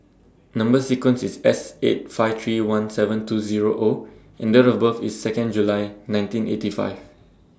Number sequence IS S eight five three one seven two Zero O and Date of birth IS Second July nineteen eighty five